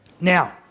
Now